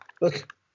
Look